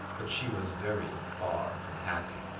but she was very far from happy.